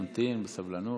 נמתין בסבלנות.